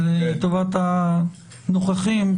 לטובת הנוכחים,